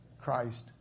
Christ